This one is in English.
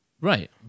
Right